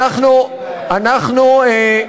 בשעה כזאת,